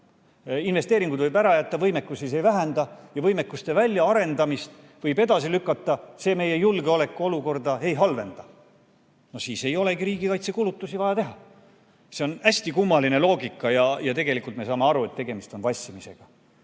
investeeringuid võib ära jätta, võimekusi see ei vähenda, ja võimekuste väljaarendamist võib edasi lükata, see meie julgeolekuolukorda ei halvenda. No siis ei olegi riigikaitsekulutusi vaja teha. See on hästi kummaline loogika. Tegelikult me saame aru, et tegemist on vassimisega.